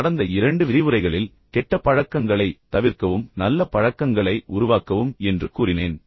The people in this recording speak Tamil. கடந்த இரண்டு விரிவுரைகளில் கெட்ட பழக்கங்களைத் தவிர்க்கவும் நல்ல பழக்கங்களை உருவாக்கவும் என்று நான் உங்களுக்குச் சொல்ல முயற்சிக்கிறேன்